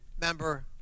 member